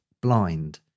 blind